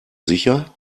sicher